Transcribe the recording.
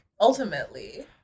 ultimately